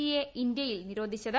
ഇയെ ഇന്ത്യയിൽ നിരോധിച്ചത്